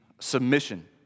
submission